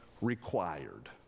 required